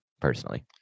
personally